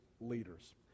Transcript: leaders